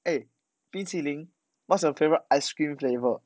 eh 冰淇淋 what your favourite ice cream flavour